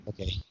Okay